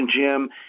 Jim